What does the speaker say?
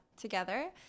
together